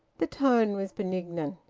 the tone was benignant.